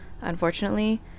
unfortunately